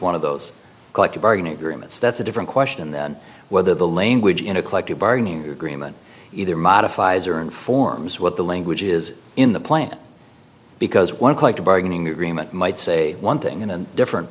one of those collective bargaining agreements that's a different question than whether the language in a collective bargaining agreement either modifies or informs what the language is in the plan because one collective bargaining agreement might say one thing and different